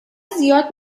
زیاد